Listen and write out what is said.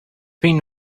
been